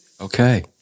Okay